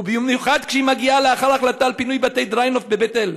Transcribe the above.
ובמיוחד כשהיא מגיעה לאחר ההחלטה על פינוי בתי דריינוף בבית אל.